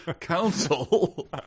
Council